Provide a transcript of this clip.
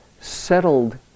settled